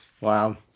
Wow